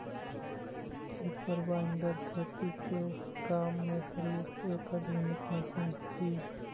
reaper binder खेती के काम में प्रयुक्त एक आधुनिक मशीन हई